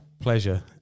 Pleasure